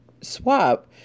swap